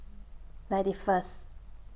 ninety First